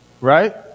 right